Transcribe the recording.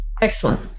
excellent